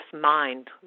mind